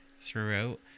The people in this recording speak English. throughout